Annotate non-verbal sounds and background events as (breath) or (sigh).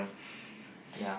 (breath)